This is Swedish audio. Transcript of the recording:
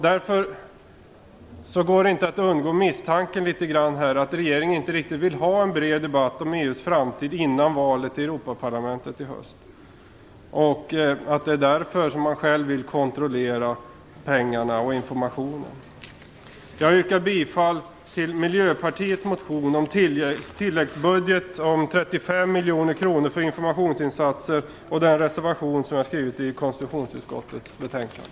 Det går inte att undgå att misstänka att regeringen inte riktigt vill ha en bred debatt om EU:s framtid före valet i Europaparlamentet i höst. Därför vill man själv kontrollera pengarna och informationen. Jag yrkar bifall till Miljöpartiets motion om en tilläggsbudget om 35 miljoner kronor för informationsinsatser och till den reservation som jag har fogat till konstitutionsutskottets betänkande.